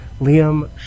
Liam